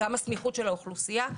סמיכות האוכלוסייה,